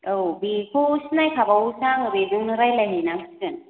औ बेखौ सिनाय खाबावोसो आङो बेजोंनो रायलाय हैनां सिगोन